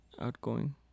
Outgoing